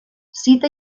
cita